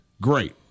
great